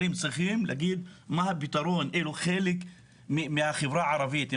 הם חלק מהחברה הערבית,